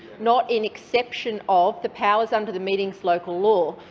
not in exception of, the powers under the meetings local law.